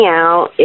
out